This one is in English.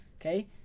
Okay